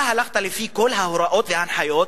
אתה הלכת לפי כל ההוראות וההנחיות?